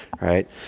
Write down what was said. right